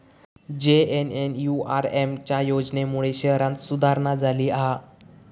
JNNURM च्या योजनेमुळे शहरांत सुधारणा झाली हा